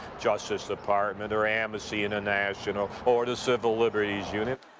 justice department or amnesty international or the civil liberties union.